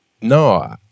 No